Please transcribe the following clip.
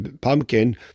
pumpkin